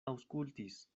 aŭskultis